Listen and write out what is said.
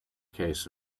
case